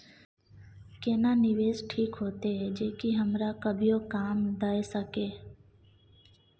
केना निवेश ठीक होते जे की हमरा कभियो काम दय सके?